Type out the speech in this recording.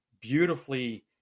beautifully